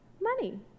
money